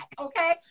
okay